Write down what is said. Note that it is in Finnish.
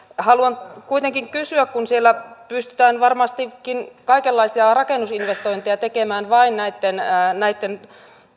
haluan kuitenkin kuulla ministerin näkemystä siitä kun siellä pystytään varmastikin kaikenlaisia rakennusinvestointeja tekemään vain näitten näitten